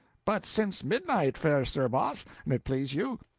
but since midnight, fair sir boss, an it please you.